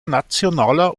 nationaler